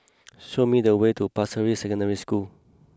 show me the way to Pasir Ris Secondary School